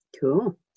Cool